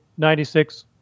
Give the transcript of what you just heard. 96